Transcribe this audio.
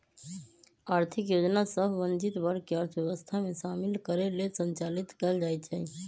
आर्थिक योजना सभ वंचित वर्ग के अर्थव्यवस्था में शामिल करे लेल संचालित कएल जाइ छइ